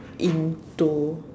into